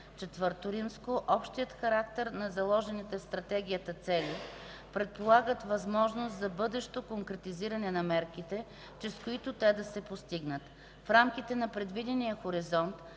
власт. IV. Общият характер на заложените в Стратегията цели предполага възможност за бъдещо конкретизиране на мерките, чрез които те да се постигнат. В рамките на предвидения хоризонт